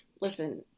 listen